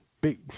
Big